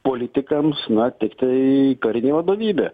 politikams na tiktai karinė vadovybė